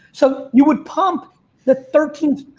so you would pump the thirteenth